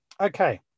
Okay